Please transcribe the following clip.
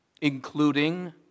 including